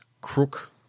crook